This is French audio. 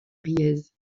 riez